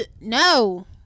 no